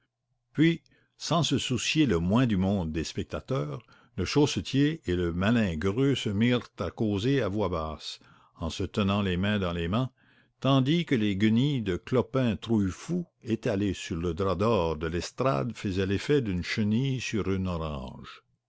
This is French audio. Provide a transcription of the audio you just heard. puis sans se soucier le moins du monde des spectateurs le chaussetier et le malingreux se mirent à causer à voix basse en se tenant les mains dans les mains tandis que les guenilles de clopin trouillefou étalées sur le drap d'or de l'estrade faisaient l'effet d'une chenille sur une orange